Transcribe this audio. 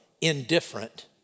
indifferent